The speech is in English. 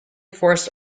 forced